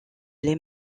les